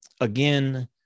Again